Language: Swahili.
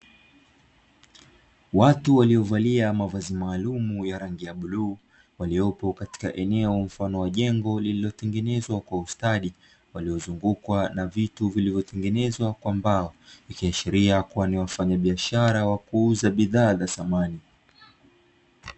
Watu waliovalia mavazi maalum ya rangi ya blue waliopo katika eneo, mfano wa jengo lililotengenezwa kwa ustadi waliozungukwa, na vitu vilivyotengenezwa kwa mbao ikiashiria, kuwa ni wafanyabiashara wa kuuza bidhaa za samani.